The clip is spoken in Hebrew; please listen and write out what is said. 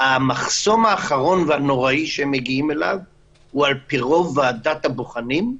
אבל המחסום האחרון והנוראי שהם מגיעים אליו הוא על פי רוב ועדת הבוחנים.